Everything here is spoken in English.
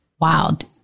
wild